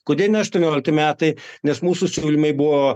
kodėl ne aštuoniolikti metai nes mūsų siūlymai buvo